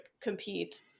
compete